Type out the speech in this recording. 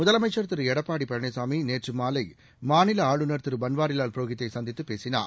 முதலமைச்சர் திரு எடப்பாடி பழனிசாமி நேற்று மாலை மாநில ஆளுநர் திரு பள்வாரிலால் புரோஹித்தை சந்தித்து பேசினார்